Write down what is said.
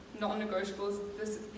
non-negotiables